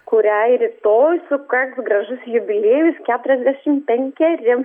kuriai rytoj sukaks gražus jubiliejus keturiasdešimt penkeri